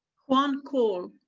juan coal.